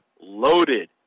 loaded